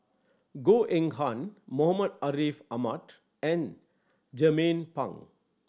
Goh Eng Han Muhammad Ariff Ahmad and Jernnine Pang